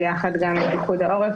ביחד עם פיקוד העורף,